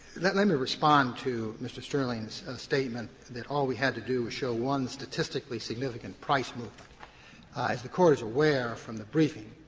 let me respond to mr. sterling's statement that all we had to do was show one statistically significant price movement. as the court is aware from the briefing,